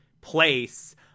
place